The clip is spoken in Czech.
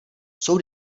jsou